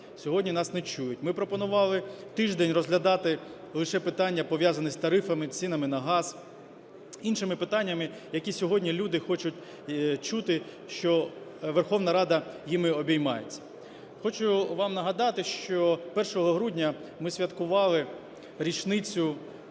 Сьогодні нас не чують. Ми пропонували тиждень розглядати лише питання, пов'язане з тарифами, цінами на газ, іншими питаннями, які сьогодні люди хочуть чути, що Верховна Рада ними обіймається. Хочу вам нагадати, що 1 грудня ми святкували річницю